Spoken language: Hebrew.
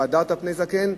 "והדרת פני זקן",